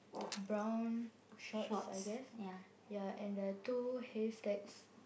brown shorts I guess ya and there are two haystacks